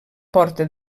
porta